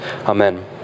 Amen